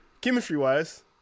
chemistry-wise